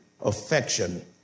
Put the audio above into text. affection